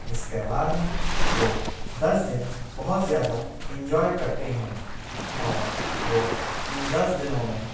इस त्यौहार में वो दस दिन बहुत ज़्यादा इंजॉय करते हैं और वो इन दस दिनों में